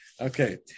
Okay